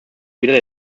wieder